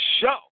show